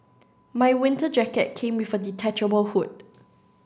my winter jacket came with a detachable hood